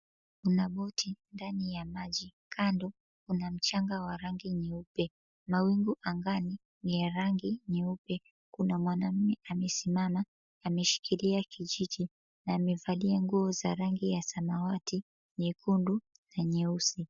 Kuna boti ndani ya maji, kando kuna mchanga wa rangi nyeupe. Mawingu angani ni ya rangi nyeupe. Kuna mwanaume amesimama ameshikilia kijiti na amevalia nguo za rangi ya samawati nyekundu na nyeusi.